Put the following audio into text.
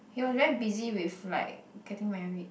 he was very busy with like getting married